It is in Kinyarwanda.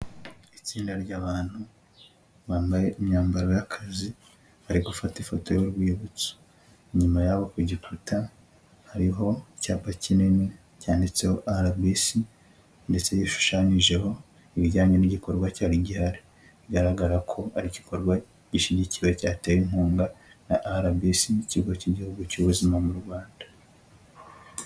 Itsinda ry'abantu bambaye imyambaro y'akazi, bari gufata ifoto y'urwibutso, inyuma yaho kugikuta, hariho icyapa kinini cyanditseho RBC, ndetse gishushanyijeho ibijyanye n'igikorwa cyari gihari, bigaragara ko ari igikorwa gishyigikiwe cyatewe inkunga na RBC, ikigo cy'igihugu cy'ubuzima mu Rwanda.